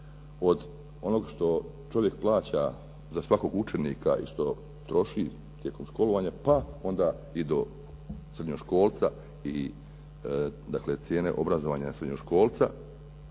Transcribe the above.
od onoga što čovjek plaća za svakog učenika i što troši tijekom školovanja pa onda i do srednjoškolca i dakle cijene obrazovanja srednjoškolca